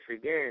again